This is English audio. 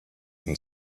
and